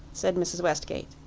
said mrs. westgate.